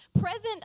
present